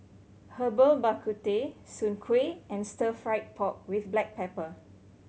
Herbal Bak Ku Teh soon kway and Stir Fry pork with black pepper